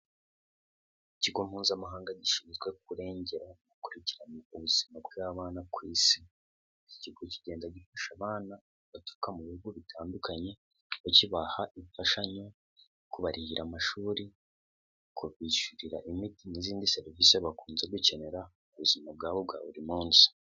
Ikigo mpuzamahanga gishinzwe kurengera, gukurikirana ubuzima bw'abana ku Isi. Iki ikigo kigenda gifasha abana baturuka mu bihugu bitandukanye bakibaha imfashanyo kubarihira amashuri, kubishyurira imiti n'izindi serivisi bakunze gukenera mu buzima bwabo bwa buri munsi.